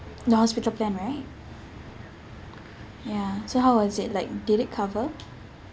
the hospital plan right ya so how was it like did it cover